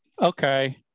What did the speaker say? Okay